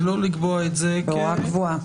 ולא לקבוע את זה בהוראה קבועה?